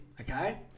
okay